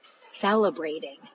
celebrating